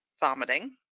vomiting